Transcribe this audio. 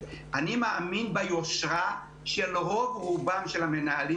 אני מאמין ביושרה של רוב רובם של המנהלים